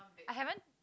I haven't